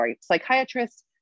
psychiatrists